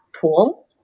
pool